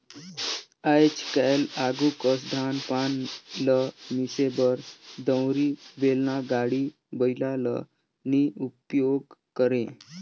आएज काएल आघु कस धान पान ल मिसे बर दउंरी, बेलना, गाड़ी बइला ल नी उपियोग करे